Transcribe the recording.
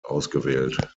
ausgewählt